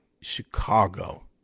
Chicago